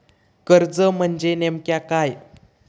कर्ज म्हणजे नेमक्या काय?